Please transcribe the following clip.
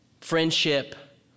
friendship